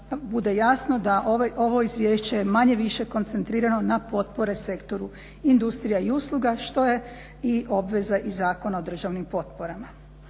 bude jasno da ovo izvješće je manje-više koncentrirano na potpore sektoru industrija i usluga što je i obveza i Zakona o državnim potporama.